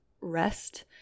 rest